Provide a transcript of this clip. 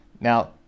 now